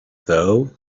though